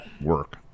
work